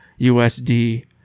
USD